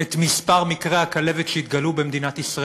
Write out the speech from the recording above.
את מספר מקרי הכלבת שהתגלו במדינת ישראל,